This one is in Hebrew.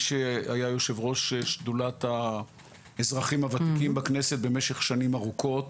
שהיה יושב ראש שדולת האזרחים הוותיקים בכנסת במשך שנים ארוכות.